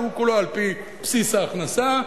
שהוא כולו על בסיס ההכנסה,